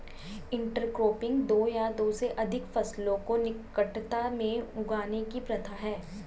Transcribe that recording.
intercropping दो या दो से अधिक फसलों को निकटता में उगाने की प्रथा है